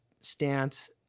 stance